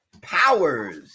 Powers